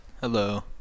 Hello